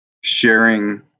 sharing